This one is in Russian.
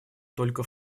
только